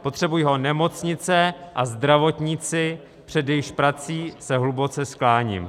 Potřebují ho nemocnice a zdravotníci, před jejichž prací se hluboce skláním.